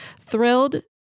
thrilled